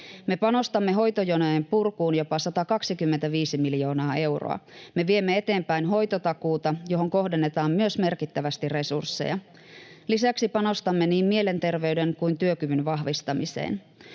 Me panostamme hoitojonojen purkuun jopa 125 miljoonaa euroa. Me viemme eteenpäin hoitotakuuta, johon kohdennetaan myös merkittävästi resursseja. Lisäksi panostamme niin mielenterveyden kuin työkyvyn vahvistamiseen.